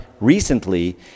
recently